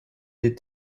des